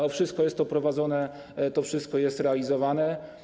To wszystko jest prowadzone, to wszystko jest realizowane.